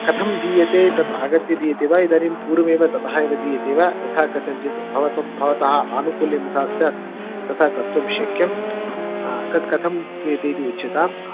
कथं दीयते तत् आगत्य दीयते वा इदानीं पूर्वमेव ततः एव दीयते वा यथा कथञ्चित् भवतं भवतः आनुकूल्यं यथा स्यात् तथा कर्तुं शक्यं तत् कथं क्रियते इति उच्यताम्